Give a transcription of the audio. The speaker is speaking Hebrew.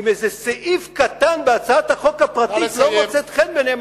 אם איזה סעיף קטן בהצעת החוק הפרטית לא מוצאת חן בעיניהם,